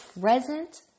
present